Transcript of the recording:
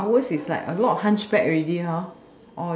ours is like a lot of hunch back already